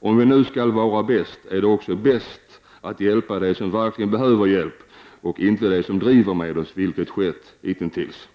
Om vi nu skall vara bäst, är det också bäst att hjälpa dem som verkligen behöver hjälp och inte dem som driver med oss, vilket skett hitintills.